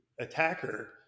attacker